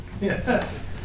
Yes